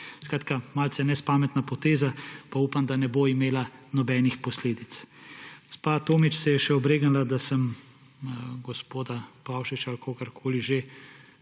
Skratka, malce nespametna poteza, pa upam, da ne bo imela nobenih posledic. Gospa Tomić se je še obregnila, da sem gospoda Pavšiča ali kogarkoli že